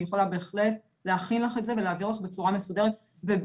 אני יכולה בהחלט להכין לך את זה ולהעביר לך את זה בצורה מסודרת ובמקביל